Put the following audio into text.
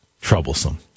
troublesome